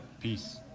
Peace